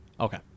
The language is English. Okay